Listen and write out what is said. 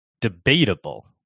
debatable